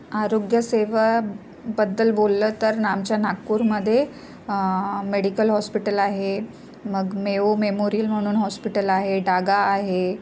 आरोग्यसेवेबद्दल बोललं तर ना आमच्या नागपूरमध्ये मेडिकल हॉस्पिटल आहे मग मेओ मेमोरियल म्हणून हॉस्पिटल आहे डागा आहे